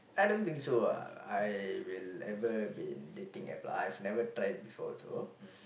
I don't think so lah I will never be in dating App lah I have never tried before also